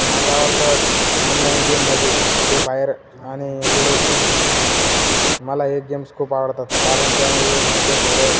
माझा आवडता online game म्हणजे फ्री फायर आणि लुडो किंग मला हे गेम्स खूप आवडतात कारण त्यामध्ये माझं थोडं